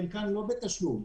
חלקן לא בתשלום,